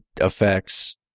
Affects